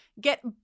get